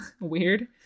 weird